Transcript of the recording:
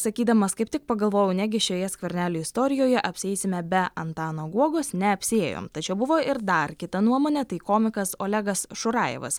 sakydamas kaip tik pagalvojau negi šioje skvernelio istorijoje apsieisime be antano guogos neapsiėjom tačiau buvo ir dar kita nuomonė tai komikas olegas šurajevas